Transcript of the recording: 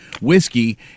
whiskey